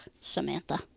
Samantha